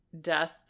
death